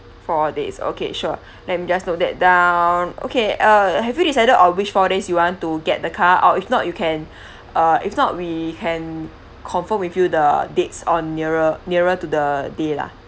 four days okay sure let me just note that down okay uh have you decided on which four days you want to get the car or if not you can uh if not we can confirm with you the dates on nearer nearer to the day lah